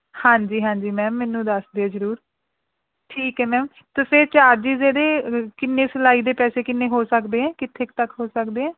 ਹਾਂਜੀ ਹਾਂਜੀ ਮੈਮ ਮੈਨੂੰ ਦੱਸ ਦਿਓ ਜ਼ਰੂਰ ਠੀਕ ਹੈ ਮੈਮ ਤਾਂ ਫੇਰ ਚਾਰਜਿਸ ਇਹਦੇ ਕਿੰਨ੍ਹੇ ਸਿਲਾਈ ਦੇ ਪੈਸੇ ਕਿੰਨ੍ਹੇ ਹੋ ਸਕਦੇ ਹੈ ਕਿੱਥੇ ਕੁ ਤੱਕ ਹੋ ਸਕਦੇ ਹੈ